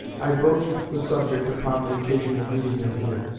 i broached the subject upon the occasion of meeting him here.